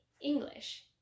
English